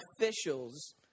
officials